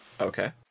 Okay